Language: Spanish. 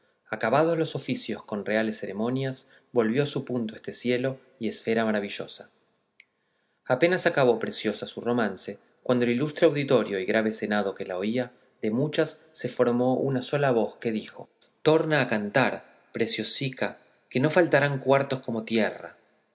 acabados los oficios con reales ceremonias volvió a su punto este cielo y esfera maravillosa apenas acabó preciosa su romance cuando del ilustre auditorio y grave senado que la oía de muchas se formó una voz sola que dijo torna a cantar preciosica que no faltarán cuartos como tierra